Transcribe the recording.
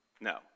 No